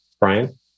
Brian